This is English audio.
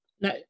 no